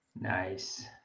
Nice